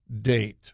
date